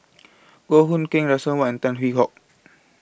Goh Hood Keng Russel Wong Tan Hwee Hock